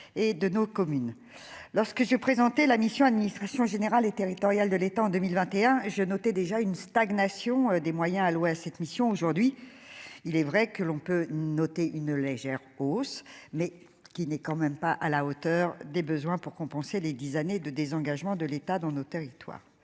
et de nos communes, lorsque j'ai présenté la mission Administration générale et territoriale de l'État en 2021 j'noter déjà une stagnation des moyens alloués à cette mission, aujourd'hui, il est vrai que l'on peut noter une légère hausse mais qui n'est quand même pas à la hauteur des besoins pour compenser les 10 années de désengagement de l'État dans nos territoires,